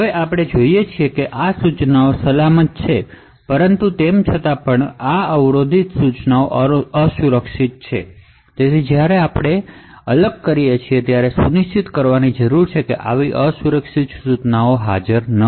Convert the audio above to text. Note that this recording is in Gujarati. હવે આપણે જોઈએ છીએ કે આ AND ઇન્સટ્રકશન સલામત છે પરંતુ તેમ છતાં આ ઇન્ટ્રપટ ઇન્સટ્રકશન અસુરક્ષિત છે જ્યારે આપણે ડિસએસેમ્બલ કરીએ છીએ ત્યારે એ સુનિશ્ચિત કરવાની જરૂર છે કે આવી અસુરક્ષિત ઇન્સટ્રકશનશ હાજર નથી